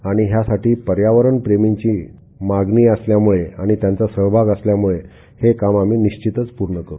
आणि यासाठी पर्यावरण प्रेमींची मागणी असल्यामूळे आणि त्यांचा सहभाग असल्यामूळे हे काम आम्ही निश्चितच पुर्ण करू